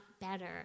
better